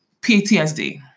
PTSD